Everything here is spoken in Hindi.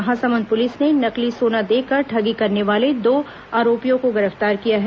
महासमुंद पुलिस ने नकली सोना देकर ठगी करने वाले दो आरोपियों को गिरफ्तार किया है